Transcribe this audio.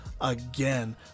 Again